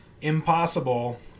impossible